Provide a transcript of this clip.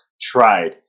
tried